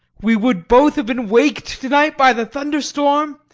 we would both have been waked to-night by the thunderstorm,